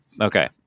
Okay